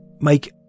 make